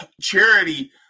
charity